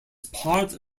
part